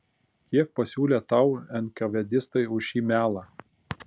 kiek pasiūlė tau enkavėdistai už šį melą